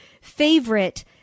favorite